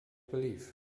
believe